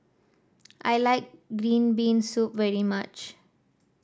I like Green Bean Soup very much